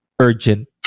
urgent